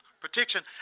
protection